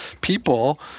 people